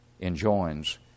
enjoins